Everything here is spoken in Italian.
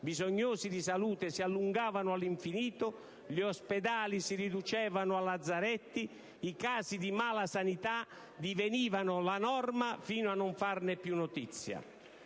bisognosi di cure sanitarie si allungavano all'infinito, gli ospedali si riducevano a lazzaretti, i casi di malasanità divenivano la norma, fino a non fare più notizia.